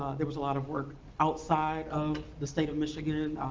there was a lot of work outside of the state of michigan.